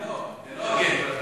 לא, זה לא הוגן.